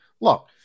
look